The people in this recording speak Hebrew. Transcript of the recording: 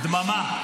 דממה.